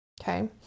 okay